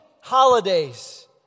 holidays